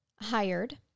hired